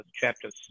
chapters